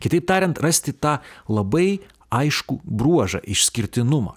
kitaip tariant rasti tą labai aiškų bruožą išskirtinumą